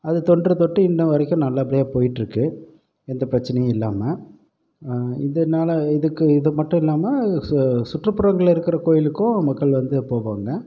அது தொன்று தொட்டு இன்று வரைக்கும் நல்ல படியாக போய்ட்டு இருக்கு எந்த பிரச்சனையும் இல்லாமல் இதனால் இதுக்கு இது மட்டும் இல்லாமல் சுற்றுப்புறங்களில் இருக்கிற கோயிலுக்கும் மக்கள் வந்து போவாங்க